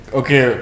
okay